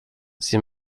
c’est